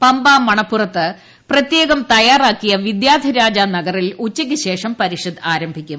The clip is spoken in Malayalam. പമ്പ മണൽപ്പുറത്ത് പ്രത്യേക്ക് തയ്യാറാക്കിയ വിദ്യാധിരാജ നഗറിൽ ഉച്ചക്ക്ശേഷം പരിഷത് ആര്ട്ടിക്കും